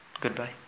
Goodbye